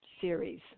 series